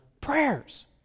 prayers